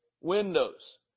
windows